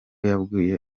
yabwiye